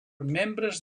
membres